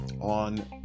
on